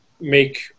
make